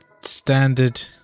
standard